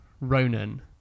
Ronan